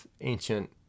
ancient